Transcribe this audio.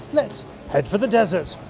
let's head for the desert.